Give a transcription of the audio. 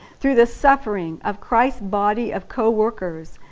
through the suffering of christ's body of co-workers,